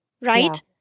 Right